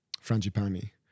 frangipani